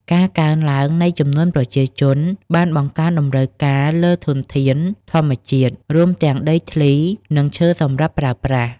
ការកើនឡើងនៃចំនួនប្រជាជនបានបង្កើនតម្រូវការលើធនធានធម្មជាតិ រួមទាំងដីធ្លី និងឈើសម្រាប់ប្រើប្រាស់។